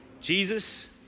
Jesus